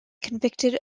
convicted